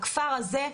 הכפר הזה,